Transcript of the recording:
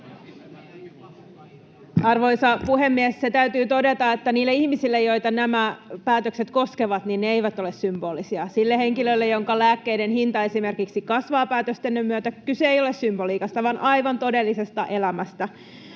Arvoisa puhemies! Se täytyy todeta, että niille ihmisille, joita nämä päätökset koskevat, ne eivät ole symbolisia. Sille henkilölle, jonka lääkkeiden hinta esimerkiksi kasvaa päätöstenne myötä, kyse ei ole symboliikasta vaan aivan todellisesta elämästä.